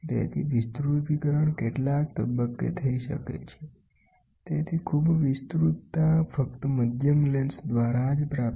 તેથીવિસ્તૃતીકરણ કેટલાક તબક્કે થઈ શકે છે તેથી ખૂબ વિસ્તૃતતા ફક્ત મધ્યમ લેન્સ દ્વારા જ પ્રાપ્ત